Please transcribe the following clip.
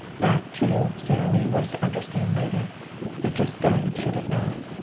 that, too, sara lee was to understand later but just then she did not.